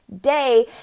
day